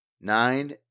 nine